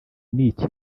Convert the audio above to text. n’iki